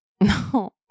No